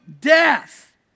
death